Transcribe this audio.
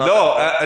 לא,